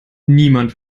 niemand